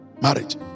Marriage